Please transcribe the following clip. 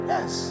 Yes